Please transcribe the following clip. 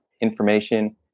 information